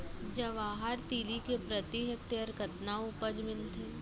जवाहर तिलि के प्रति हेक्टेयर कतना उपज मिलथे?